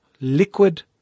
liquid